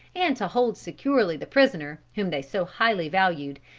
and to hold securely the prisoner, whom they so highly valued,